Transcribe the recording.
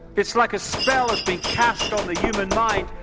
it's like a spell has been cast on the human mind,